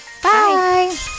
Bye